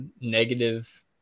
negative